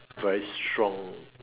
very strong